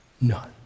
None